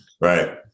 Right